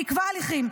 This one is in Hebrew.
והיא עיכבה הליכים.